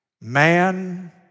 man